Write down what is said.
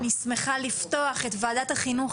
אני שמחה לפתוח את ועדת החינוך,